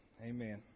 Amen